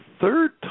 third